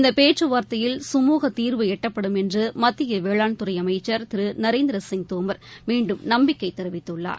இந்த பேச்சுவார்த்தையில் கமூக தீர்வு எட்டப்படும் என்று மத்திய வேளாண்துறை அமச்சர் திரு நரேந்திரசிங் தோமர் மீண்டும் நம்பிக்கை தெரிவித்துள்ளார்